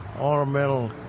ornamental